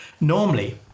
normally